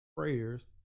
prayers